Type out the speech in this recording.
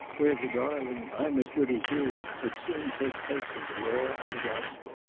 where the darling i'm as good as you, would soon take place of the law and the gospel.